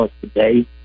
today